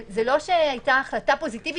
זה לא שהייתה החלטה פוזיטיבית.